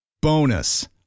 Bonus